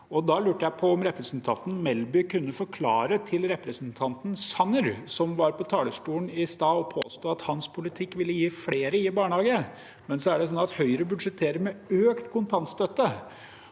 Da lurer jeg på om representanten Melby kunne forklare til representanten Sanner, som var på talerstolen i stad og påsto at hans politikk ville gi flere i barnehage, men Høyre budsjetterer med økt kontantstøtte.